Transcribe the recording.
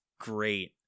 great